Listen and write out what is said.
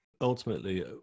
ultimately